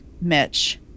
Mitch